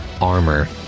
armor